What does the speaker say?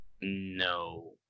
No